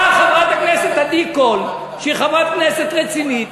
באה חברת הכנסת עדי קול, שהיא חברת כנסת רצינית,